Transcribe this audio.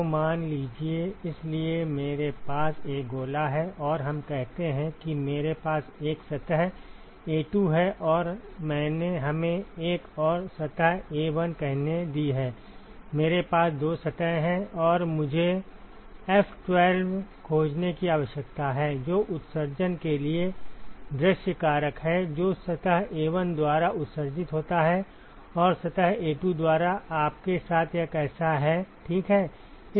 तो मान लीजिए इसलिए मेरे पास एक गोला है और हम कहते हैं कि मेरे पास एक सतह A2 है और मैंने हमें एक और सतह A1 कहने दी है मेरे पास दो सतह हैं और मुझे F12 खोजने की आवश्यकता है जो उत्सर्जन के लिए दृश्य कारक है जो सतह A1 द्वारा उत्सर्जित होता है और सतह A2 द्वारा आपके साथ यह कैसा है ठीक है